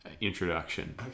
introduction